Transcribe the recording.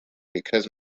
because